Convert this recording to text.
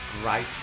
great